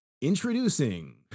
introducing